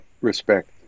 respect